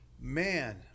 Man